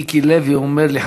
מיקי לוי אומר לי,